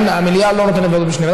אין, המליאה לא נותנת ועדת משנה.